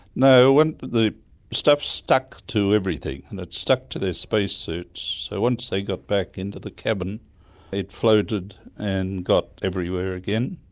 no, and the stuff stuck to everything, and it stuck to their spacesuits, so once they got back into the cabin it floated and got everywhere again,